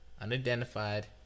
Unidentified